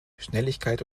schnelligkeit